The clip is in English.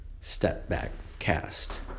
StepbackCast